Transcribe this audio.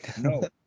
No